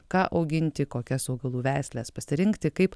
ką auginti kokias augalų veisles pasirinkti kaip